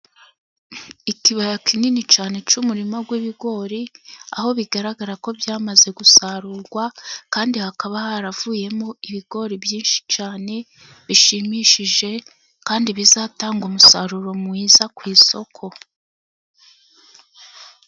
Ikibaya kinini cyane cy'umurima w'ibigori. Aho bigaragara ko byamaze gusarurwa kandi hakaba haravuyemo ibigori byinshi cyane bishimishije, kandi bizatanga umusaruro mwiza ku isoko.